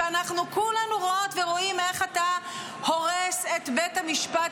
כשאנחנו כולנו רואות ורואים איך אתה הורס את בית המשפט